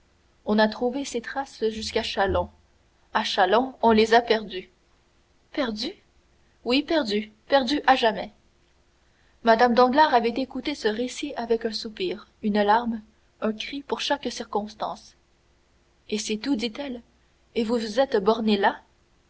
on a retrouvé ses traces jusqu'à châlons à châlons on les a perdues perdues oui perdues perdues à jamais mme danglars avait écouté ce récit avec un soupir une larme un cri pour chaque circonstance et c'est tout dit-elle et vous vous êtes borné là